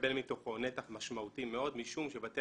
מקבל מתוכו נתח משמעותי מאוד משום שבתי